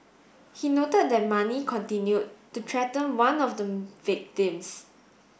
he note that Mani continue to threaten one of the victims